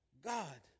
God